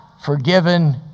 forgiven